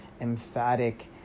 emphatic